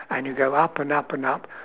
and you go up and up and up